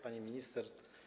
Pani Minister!